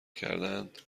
کردهاند